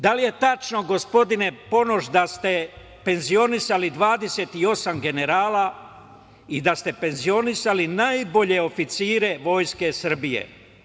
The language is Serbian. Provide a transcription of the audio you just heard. Da li je tačno, gospodine Ponoš, da ste penzionisali 28 generala i da ste penzionisali najbolje oficire vojske Srbije?